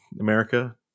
America